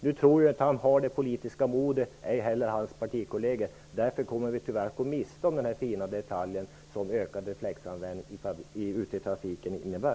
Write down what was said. Jag tror inte att han eller hans partikolleger har det politiska modet. Därför kommer vi tyvärr att gå miste om den fina detalj som ökad reflexanvändning i trafiken är.